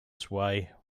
sway